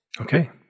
Okay